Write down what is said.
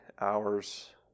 hours